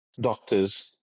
doctors